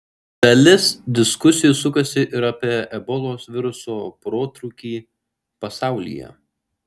dalis diskusijų sukasi ir apie ebolos viruso protrūkį pasaulyje